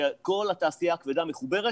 שכל התעשייה הכבדה מחוברת,